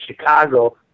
Chicago